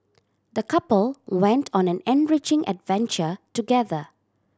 the couple went on an enriching adventure together